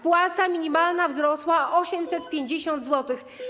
Płaca minimalna wzrosła o 850 zł.